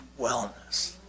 wellness